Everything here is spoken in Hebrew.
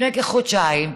לפני כחודשיים,